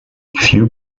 few